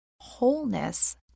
wholeness